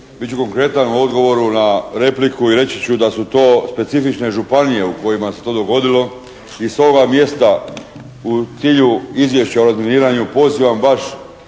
ću konkretan u odgovoru na repliku i reći ću da su to specifične županije u kojima se to dogodilo i s ovoga mjesta u cilju izvješća o razminiranju pozivam baš